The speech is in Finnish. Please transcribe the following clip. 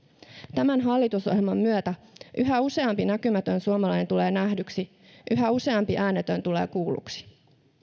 tämän hallitusohjelman myötä yhä useampi näkymätön suomalainen tulee nähdyksi yhä useampi äänetön tulee kuulluksi